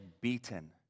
beaten